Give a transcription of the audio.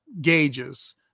gauges